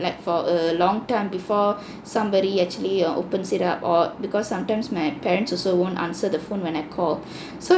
like for a long time before somebody actually err opens it up or because sometimes my parents also won't answer the phone when I call so